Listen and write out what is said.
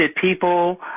people